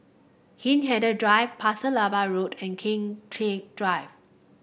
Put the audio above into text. Hindhede Drive Pasir Laba Road and Kian trick Drive